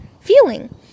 feeling